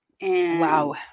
Wow